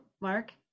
Mark